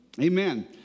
Amen